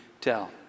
tell